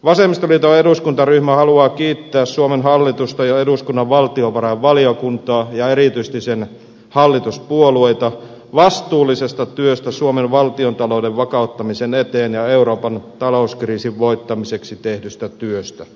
vasemmistoliiton eduskuntaryhmä haluaa kiittää suomen hallitusta ja eduskunnan valtiovarainvaliokuntaa ja erityisesti sen hallituspuolueita vastuullisesta työstä suomen valtiontalouden vakauttamisen eteen ja euroopan talouskriisin voittamiseksi tehdystä työstä